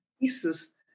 pieces